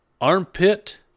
armpit